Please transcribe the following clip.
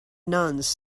nuns